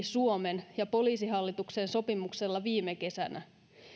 suomen ja poliisihallituksen sopimuksella viime kesänä